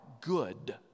good